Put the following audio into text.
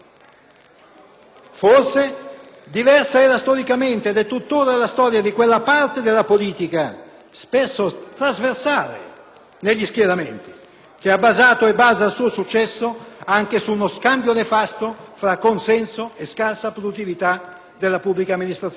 Forse diversa era, ed è tuttora, la storia di quella parte della politica, spesso trasversale negli schieramenti, che ha basato e basa il suo successo anche su uno scambio nefasto fra consenso e scarsa produttività della pubblica amministrazione